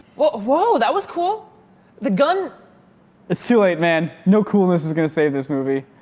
well, whoa, that was cool the gun it's too late man no coolness is gonna save this movie